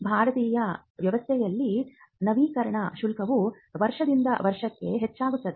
ಭಾರತೀಯ ವ್ಯವಸ್ಥೆಯಲ್ಲಿ ನವೀಕರಣ ಶುಲ್ಕವು ವರ್ಷದಿಂದ ವರ್ಷಕ್ಕೆ ಹೆಚ್ಚಾಗುತ್ತದೆ